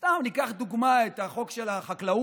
סתם, ניקח לדוגמה את החוק של החקלאות,